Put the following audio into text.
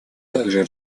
также